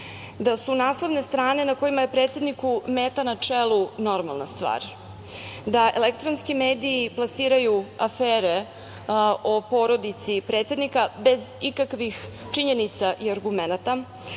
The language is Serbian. da su naslovne strane na kojima je predsedniku meta na čelu normalna stvar, da elektronski mediji plasiraju afere o porodici predsednika bez ikakvih činjenica i argumenata,